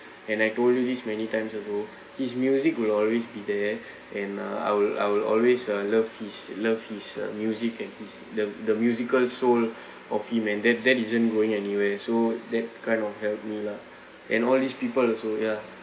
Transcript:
and I told you this many times also his music will always be there and uh I'll I'll always uh love his love his uh music and the the musical soul of him and that that isn't going anywhere so that kind of help me lah and all these people also ya